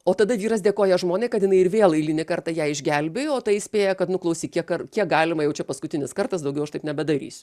o tada vyras dėkoja žmonai kad jinai ir vėl eilinį kartą ją išgelbėjo o ta įspėja kad nu klausyk kiek kiek galima jau čia paskutinis kartas daugiau aš taip nebedarysiu